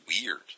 weird